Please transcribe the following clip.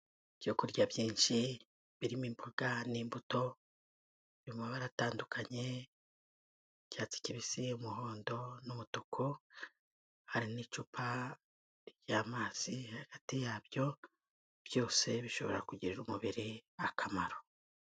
Ibyo kurya byinshi birimo imboga n'imbuto biri mu mabara atandukanye icyatsi kibisi, umuhondo n'umutuku, hari n'icupa ry'amazi, hagati yabyo byose bishobora kugirira umubiri akamaro.